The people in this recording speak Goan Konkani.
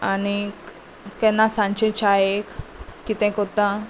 आनी केन्ना सांचे चायेक कितें करता